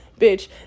bitch